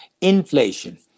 Inflation